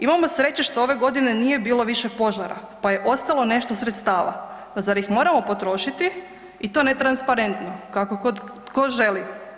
Imamo sreće što ove godine nije bilo više požara pa je ostalo nešto sredstva, pa zar ih moramo potrošiti i to ne transparentno kako tko želi?